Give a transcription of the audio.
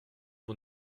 mon